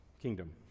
kingdom